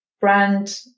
brand